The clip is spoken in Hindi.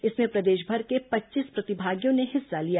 इसमें प्रदेशभर के पच्चीस प्रतिभागियों ने हिस्सा लिया